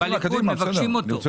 קדימה, קדימה, בסדר.